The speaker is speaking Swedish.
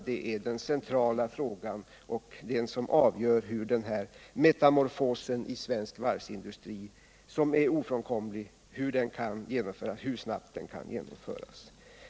Det sista är den centrala frågan och den som avgör hur snabbt denna metamorfos i svensk varvsindustri — som är ofrånkomlig — kan genomföras.